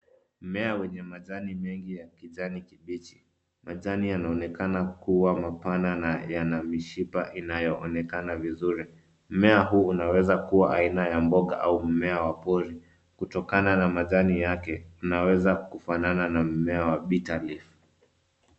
Mmea wenye majani mengi ya kijani kibichi. Majani yanaonekana kuwa mapana na yana mishipa inayoonekana vizuri. Mmea huu unaweza kuwa aina ya mboga au mmea wa pori. Kutokana na majani yake unaweza kufanana na mmea wa bitter leaf .